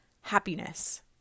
happiness